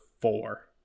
four